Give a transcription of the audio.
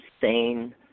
sane